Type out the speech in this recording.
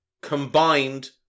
combined